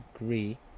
agree